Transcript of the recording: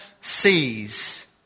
sees